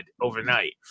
overnight